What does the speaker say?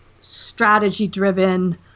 strategy-driven